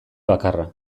bakarra